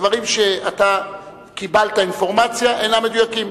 הדברים שאתה קיבלת, האינפורמציה, אינם מדויקים.